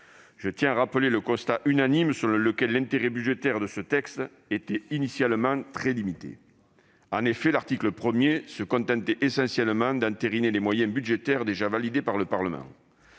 Je tiens à rappeler le constat unanime selon lequel l'intérêt budgétaire de ce texte était initialement très limité, puisque l'article 1 se contentait essentiellement d'entériner les moyens budgétaires déjà validés par le Parlement.